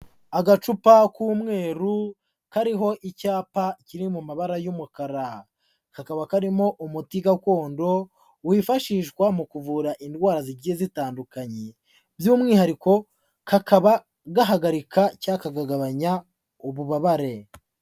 Agacupa k'umweru kariho icyapa kiri mu mabara y'umukara. Kakaba karimo umuti gakondo wifashishwa mu kuvura indwara zigiye zitandukanye, by'umwihariko kakaba gahagarika cyangwa kagabanya ububabare.